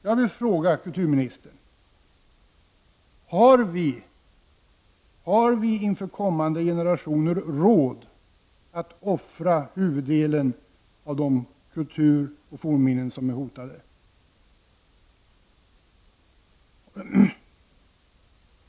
Jag vill fråga kulturministern: Har vi inför kommande generationer råd att offra huvuddelen av de kultur och fornminnen som är hotade?